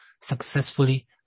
successfully